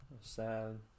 sad